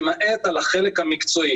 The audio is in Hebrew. למעט על החלק המקצועי,